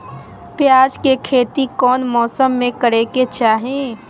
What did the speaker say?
प्याज के खेती कौन मौसम में करे के चाही?